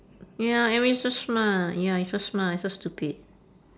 ya edwin so smart ya you so smart I so stupid